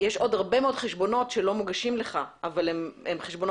יש עוד הרבה חשבונות שלא מוגשים לך אבל הם חשבונות